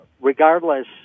regardless